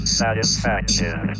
satisfaction